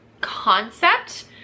concept